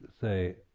say